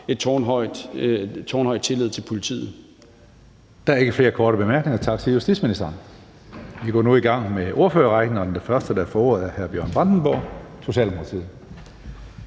næstformand (Karsten Hønge): Der er ikke flere bemærkninger. Tak til justitsministeren. Vi gør nu i gang med ordførerrækken, og den første, der får ordet, er Bjørn Brandenborg, Socialdemokratiet.